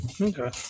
Okay